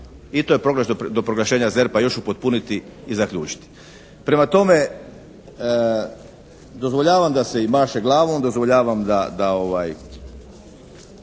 do proglašenja ZERP-a još upotpuniti i zaključiti. Prema tome dozvoljavam da se i maše glavom, dozvoljavam da